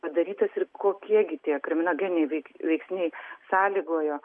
padarytas ir kokie gi tie kriminogeniniai veiksniai sąlygojo